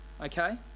okay